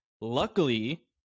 luckily